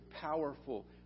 powerful